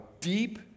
deep